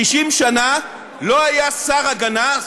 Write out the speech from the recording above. לא היה שר הגנה,